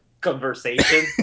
conversation